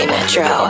Metro